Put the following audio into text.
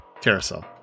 Carousel